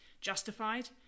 justified